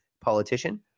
politician